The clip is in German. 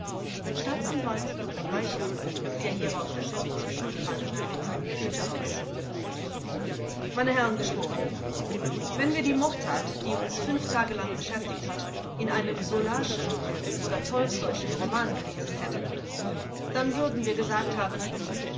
staatsanwalt dr bleicher der hierauf das wort zur schuldfrage nahm führte aus meine herren geschworenen wenn wir die mordtat die uns fünf tage lang beschäftigt hat in einem zolaschen oder tolstoischen roman gelesen hätten dann würden wir gesagt haben